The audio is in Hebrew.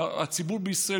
והציבור בישראל,